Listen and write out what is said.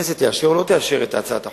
והכנסת תאשר או לא תאשר את הצעת החוק.